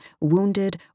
wounded